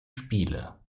spiele